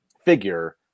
figure